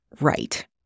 right